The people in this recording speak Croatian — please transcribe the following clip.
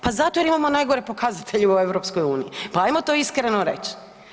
Pa zato jer imamo najgore pokazatelje u EU, pa ajmo to iskreno reć.